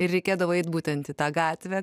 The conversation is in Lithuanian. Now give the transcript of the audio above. ir reikėdavo eit būtent į tą gatvę